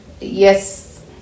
yes